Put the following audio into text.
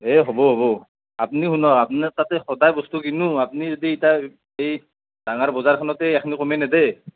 এই হ'ব হ'ব আপুনি শুনক আপোনাৰ তাতে সদায় বস্তু কিনো আপুনি যদি ইতা এই ডাঙাৰ বজাৰখনতে এখন্নি কমে নেদে